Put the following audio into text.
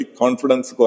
confidence